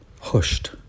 Hushed